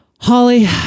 Holly